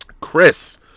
Chris